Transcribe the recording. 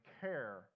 care